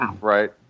right